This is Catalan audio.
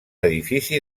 edifici